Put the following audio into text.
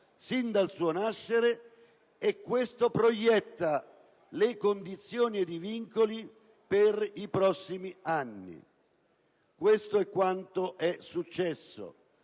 sin dal suo nascere, ed esso proietta le condizioni e i vincoli per i prossimi anni. Questo è quanto è successo.